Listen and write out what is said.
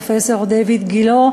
פרופסור דיויד גילה,